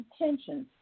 intentions